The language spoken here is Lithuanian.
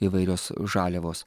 įvairios žaliavos